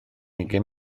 ugain